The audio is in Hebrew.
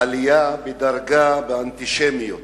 "עלייה בדרגה באנטישמיות".